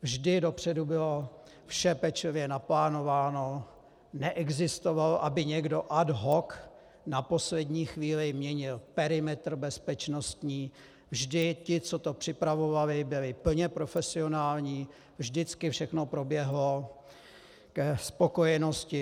Vždy dopředu bylo vše pečlivě naplánováno, neexistovalo, aby někdo ad hoc na poslední chvíli měnil perimetr bezpečnostní, vždy ti, co to připravovali, byli plně profesionální, vždycky všechno proběhlo ke spokojenosti.